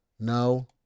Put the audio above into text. No